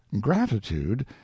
gratitude